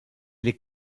les